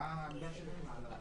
מה העמדה שלכם על העניין של המאסר?